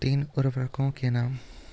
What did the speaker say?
तीन उर्वरकों के नाम?